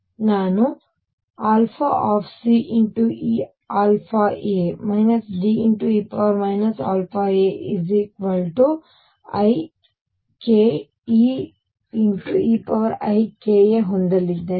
ಮತ್ತು ನಾನು C eαa D e αaik E eika ಹೊಂದಲಿದ್ದೇನೆ